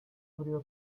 abrió